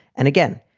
and again,